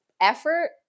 effort